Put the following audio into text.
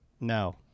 No